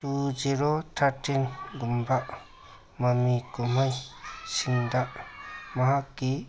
two zero ꯊꯥꯔꯇꯤꯟꯒꯨꯝꯕ ꯃꯃꯤ ꯀꯨꯝꯍꯩꯁꯤꯡꯗ ꯃꯍꯥꯛꯀꯤ